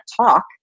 talk